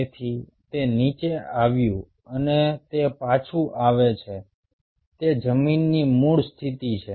તેથી તે નીચે આવ્યું અને તે પાછું આવે છે તે જમીનની મૂળ સ્થિતિ છે